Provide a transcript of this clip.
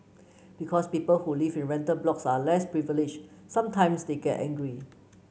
because people who live in rental blocks are less privilege sometimes they get angry